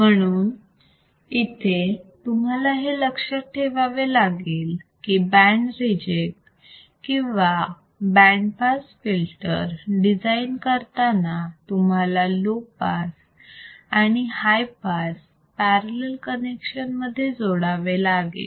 म्हणून इथे तुम्हाला हे लक्षात ठेवावे लागेल की बँड रिजेक्ट किंवा बँड पास फिल्टर डिझाईन करताना तुम्हाला लो पास आणि हाय पास पॅरलल कनेक्शन मध्ये जोडावे लागेल